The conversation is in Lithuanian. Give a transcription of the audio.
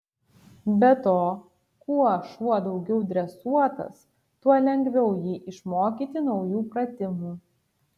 be to kuo šuo daugiau dresuotas tuo lengviau jį išmokyti naujų pratimų